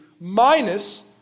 minus